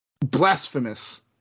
blasphemous